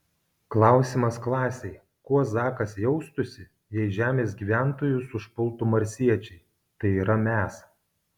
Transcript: klausimas klasei kuo zakas jaustųsi jei žemės gyventojus užpultų marsiečiai tai yra mes